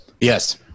Yes